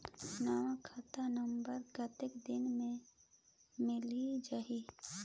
नवा खाता नंबर कतेक दिन मे मिल जाही?